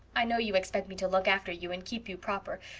i know you expect me to look after you and keep you proper,